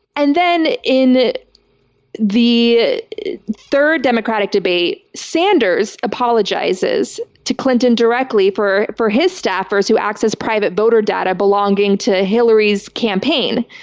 and then in the third democratic debate, sanders apologizes to clinton clinton directly for for his staffers who accessed private voter data belonging to hillary's campaign.